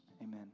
amen